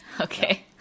Okay